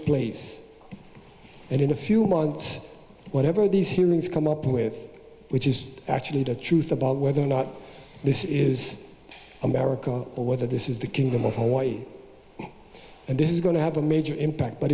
place and in a few months whatever these hearings come up with which is actually the truth about whether or not this is america or whether this is the kingdom of hawaii and this is going to have a major impact but